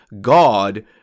God